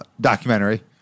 documentary